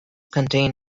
contain